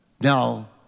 Now